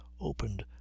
opened